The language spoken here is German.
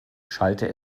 schallte